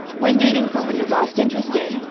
when dating someone you've lost interest in,